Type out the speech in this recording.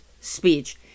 speech